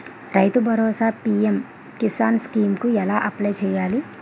రైతు Bharosa PM Kisan scheme కు ఎలా అప్లయ్ చేయాలి?